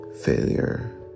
failure